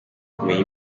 kumenya